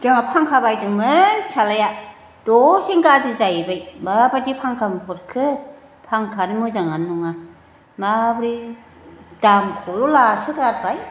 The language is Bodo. जोंहा पांखा बायदोंमोन फिसाज्लाया दसेनो गाज्रि जाहैबाय माबायदि पांखा हरखो पांखायानो मोजाङानो नङा माबोरै दामखौल' लासोगारबाय